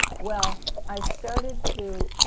well i started to